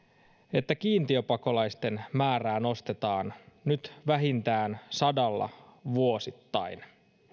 että kiintiöpakolaisten määrää nostetaan nyt vähintään sadalla vuosittain